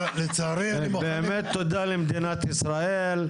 באמת תודה למדינת ישראל.